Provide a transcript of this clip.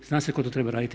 Zna se tko to treba raditi.